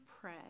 pray